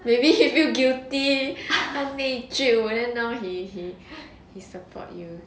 maybe he feel guilty 他内疚 then now he he he support you